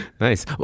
Nice